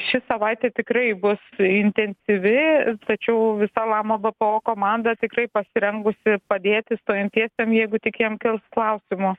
ši savaitė tikrai bus intensyvi tačiau visa lama bpo komanda tikrai pasirengusi padėti stojantiesiem jeigu tik jiem kils klausimų